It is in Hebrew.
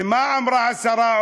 ומה עוד אמרה השרה?